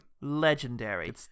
legendary